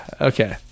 Okay